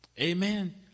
Amen